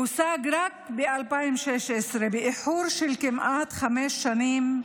הושג רק ב-2016, באיחור של כמעט חמש שנים.